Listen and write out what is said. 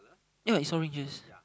ya what is so ring case